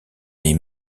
les